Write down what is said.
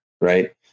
right